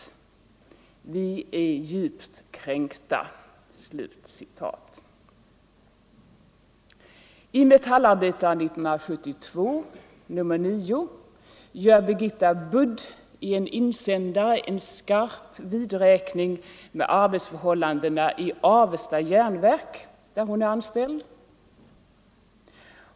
Vi är djupt kränkta.” I Metallarbetaren nr 9, 1972, gör Birgitta Budd i en insändare en skarp vidräkning med arbetsförhållandena i Avesta jernverk, där hon är anställd.